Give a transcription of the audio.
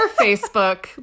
Facebook